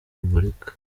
repubulika